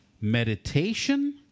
meditation